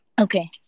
Okay